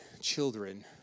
children